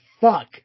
fuck